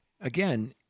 again